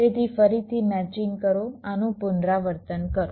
તેથી ફરીથી મેચિંગ કરો આનું પુનરાવર્તન કરો